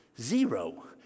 zero